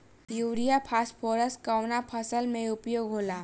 Urea phosphorus कवना फ़सल में उपयोग होला?